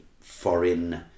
foreign